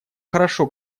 хорошо